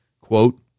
quote